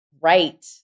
right